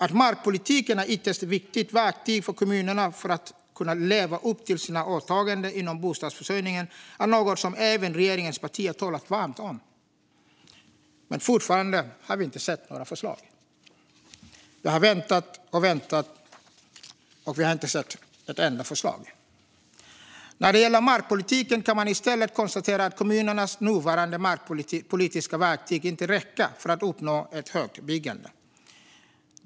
Att markpolitiken är ett ytterst viktigt verktyg för att kommunerna ska kunna leva upp till sina åtaganden inom bostadsförsörjningen är något som även regeringens partier talat varmt om - men fortfarande har vi inte sett några förslag. Vi har väntat och väntat men inte sett ett enda förslag. När det gäller markpolitiken kan man i stället konstatera att kommunernas nuvarande markpolitiska verktyg inte räcker för att uppnå ett högt byggande.